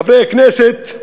חברי הכנסת,